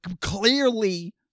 Clearly